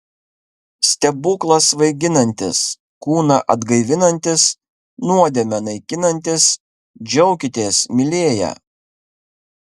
stebuklas svaiginantis kūną atgaivinantis nuodėmę naikinantis džiaukitės mylėję